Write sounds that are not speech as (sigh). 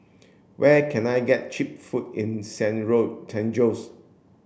where can I get cheap food in San (unintelligible) San Jose